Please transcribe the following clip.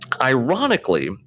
ironically